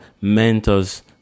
mentors